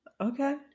okay